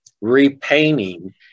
repainting